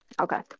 Okay